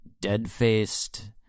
dead-faced